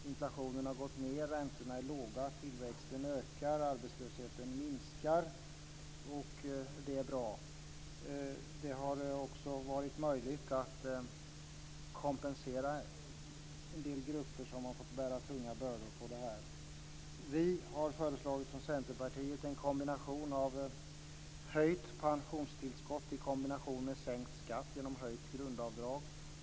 Inflationen har gått ned. Räntorna är låga. Tillväxten ökar. Arbetslösheten minskar. Detta är bra. Det har också varit möjligt att kompensera en del grupper som har fått bära tunga bördor. Vi i Centerpartiet har föreslagit höjt pensionstillskott i kombination med sänkt skatt genom höjt grundavdrag.